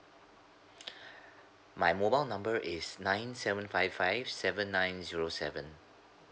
my mobile number is nine seven five five seven nine zero seven